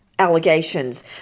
allegations